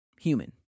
human